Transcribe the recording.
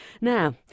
Now